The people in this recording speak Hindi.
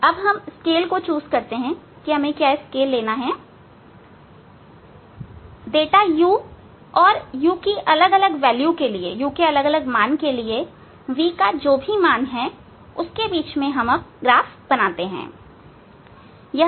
अब स्केल चुन् ले और डाटा u और अलग अलग u के मान के लिए v का जो भी मान है उनके बीच ग्राफ बनाएं